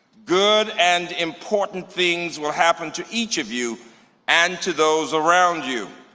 good and important things will happen to each of you and to those around you.